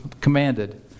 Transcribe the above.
commanded